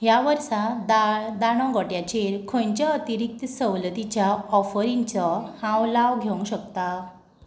ह्या वर्सा दाळ् दाणोगोट्याचेर खंयचें अतिरिक्त सवलतिच्या ऑफरींचो हांव लाव घेवंक शकता